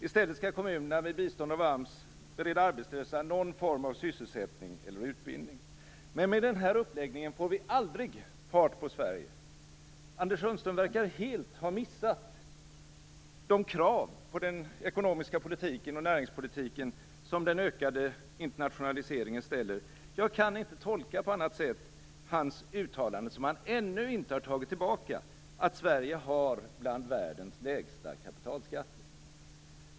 I stället skall kommunerna med bistånd av AMS bereda arbetslösa någon form av sysselsättning eller utbildning. Med den här uppläggningen får vi aldrig fart på Sverige. Anders Sundström verkar helt ha missat de krav på den ekonomiska politiken och näringspolitiken som den ökade internationaliseringen ställer. Jag kan inte tolka på annat sätt hans uttalande, som han ännu inte har tagit tillbaka, att Sverige har bland världens lägsta kapitalskatter.